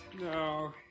no